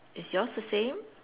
is yours the same